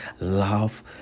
love